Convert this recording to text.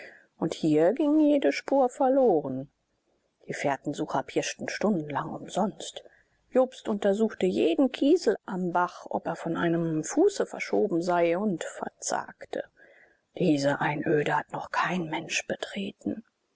und hier ging jede spur verloren die fährtensucher pirschten stundenlang umsonst jobst untersuchte jeden kiesel am bach ob er von einem fuße verschoben sei und verzagte diese einöde hat noch kein mensch betreten